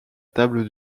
table